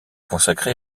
consacrée